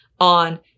on